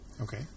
Okay